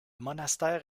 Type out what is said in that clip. monastère